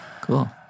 Cool